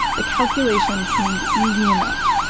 the calculations seemed easy enough.